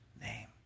name